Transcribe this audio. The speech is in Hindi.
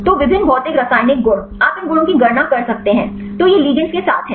तो विभिन्न भौतिक रासायनिक गुण आप इन गुणों की गणना कर सकते हैं तो यह लिगेंड्स के साथ है